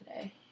today